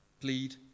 Plead